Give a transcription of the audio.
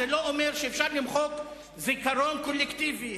זה לא אומר שאפשר למחוק זיכרון קולקטיבי,